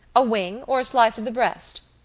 a wing or a slice of the breast?